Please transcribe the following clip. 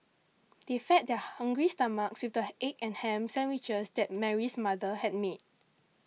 they fed their hungry stomachs with the egg and ham sandwiches that Mary's mother had made